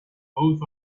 both